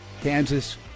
Kansas